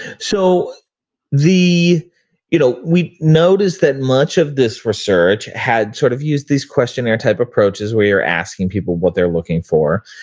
so you know we noticed that much of this research had sort of used these questionnaire type approaches where you're asking people what they're looking for.